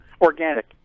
Organic